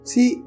See